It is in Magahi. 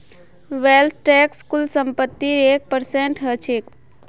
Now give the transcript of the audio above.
वेल्थ टैक्स कुल संपत्तिर एक परसेंट ह छेक